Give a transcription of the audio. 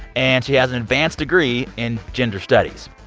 and she has an advanced degree in gender studies.